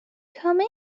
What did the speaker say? come